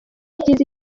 byiza